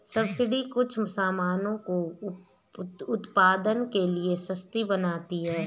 subsidy कुछ सामानों को उत्पादन के लिए सस्ती बनाती है